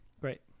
Great